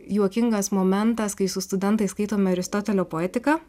juokingas momentas kai su studentais skaitome aristotelio poetiką